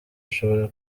ashobora